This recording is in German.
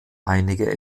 einige